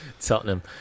Tottenham